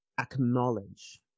acknowledge